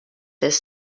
this